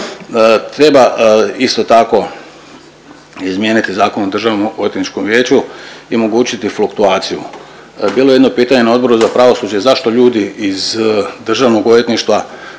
Treba isto tako izmijeniti Zakon o državnom odvjetničkom vijeću i omogućiti fluktuaciju. Bilo je jedno pitanje na Odboru za pravosuđe zašto ljudi iz Državnog odvjetništva